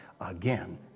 again